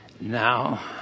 Now